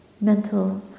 mental